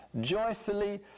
joyfully